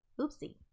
Oopsie